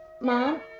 Mom